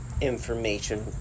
information